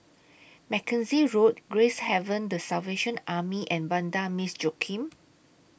Mackenzie Road Gracehaven The Salvation Army and Vanda Miss Joaquim